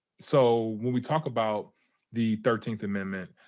so, when we talk about the thirteenth amendment,